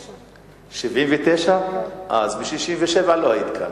79'. אה, אז ב-67' לא היית כאן.